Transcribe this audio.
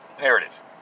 narrative